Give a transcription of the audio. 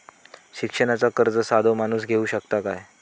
शिक्षणाचा कर्ज साधो माणूस घेऊ शकता काय?